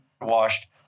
WASHED